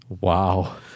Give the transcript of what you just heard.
Wow